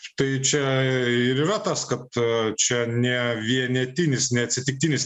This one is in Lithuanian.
štai čia ir yra tas kad čia ne vienetinis neatsitiktinis